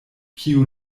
kiu